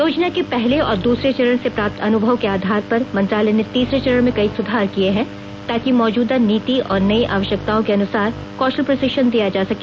योजना के पहले और दूसरे चरण से प्राप्त अनुभव के आधार पर मंत्रालय ने तीसरे चरण में कई सुधार किये हैं ताकि मौजूदा नीति और नई आवश्यकताओं के अनुसार कौशल प्रशिक्षण दिया जा सके